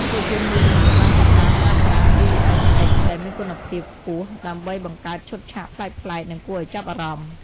ភាពយន្តមួយចំនួនបានចាប់ផ្តើមប្រើប្រាស់ VFX ដែលមានគុណភាពខ្ពស់ ដើម្បីបង្កើតឈុតឆាកប្លែកៗ និងគួរឱ្យចាប់អារម្មណ៍។